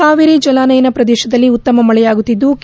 ಕಾವೇರಿ ಜಲಾನಯನ ಪ್ರದೇಶದಲ್ಲಿ ಉತ್ತಮ ಮಳೆಯಾಗುತ್ತಿದ್ದು ಕೆ